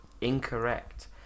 Incorrect